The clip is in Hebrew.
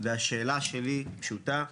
והשאלה שלי פשוטה: